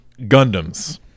Gundams